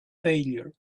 failure